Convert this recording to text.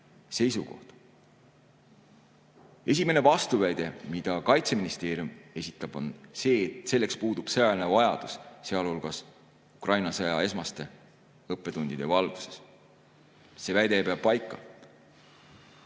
seisukohta. Esimene vastuväide, mida Kaitseministeerium esitab, on see, et selleks puudub sõjaline vajadus, sealhulgas Ukraina sõja esmaste õppetundide valguses. See väide ei pea paika.